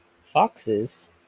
foxes